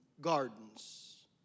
gardens